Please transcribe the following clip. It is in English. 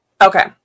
Okay